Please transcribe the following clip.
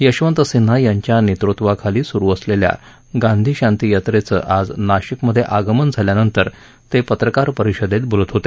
यशवंत सिन्हा यांच्या नेतृत्वाखाली सुरू झालेल्या गांधी शांतीयात्रेचं आज नाशिकमध्ये आगमन झाल्यानंतर पत्रकार परिषदेत ते बोलत होते